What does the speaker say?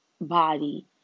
body